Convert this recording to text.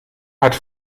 hat